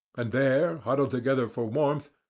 and there huddled together for warmth,